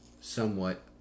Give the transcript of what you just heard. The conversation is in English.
somewhat